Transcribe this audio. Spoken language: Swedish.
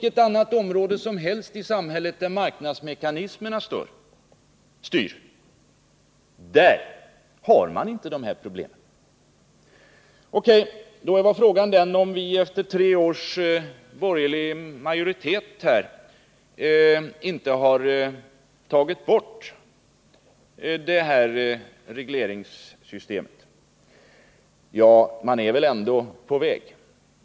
På alla andra områden i samhället där marknadsmekanismerna styr har man däremot inte de här problemen. Så var det frågan om varför vi efter tre års borgerlig majoritet inte har tagit bort det här regleringssystemet. Man är väl ändå på väg.